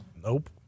Nope